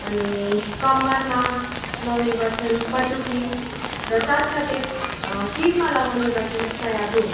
अनि कम्मरमा लाउने गर्छन् पटुकी र साथ साथै सिरमा लगाउने गर्छन सायाबुङ